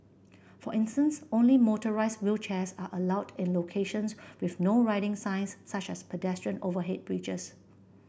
for instance only motorised wheelchairs are allowed in locations with No Riding signs such as pedestrian overhead bridges